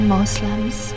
Muslims